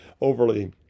overly